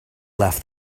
left